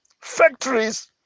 factories